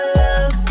love